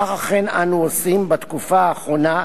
וכך אכן אנו עושים בתקופה האחרונה,